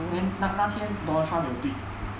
then 那那天 donald trump 有 bid